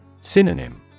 Synonym